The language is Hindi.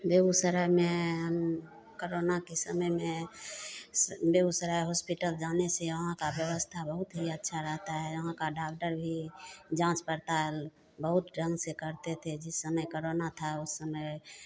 बेगूसराय में हम करोना के समय में बेगूसराय होस्पिटल जाने से यहाँ का व्यवस्था बहुत ही अच्छा रहता है यहाँ का डागडर भी जाँच पड़ताल बहुत ढंग से करते थे जिस समय करोना था उस समय